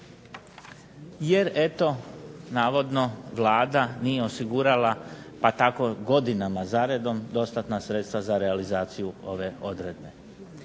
jer eto navodno Vlada nije osigurala pa tako godinama zaredom dostatna sredstva za realizaciju ove odredbe.